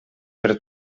per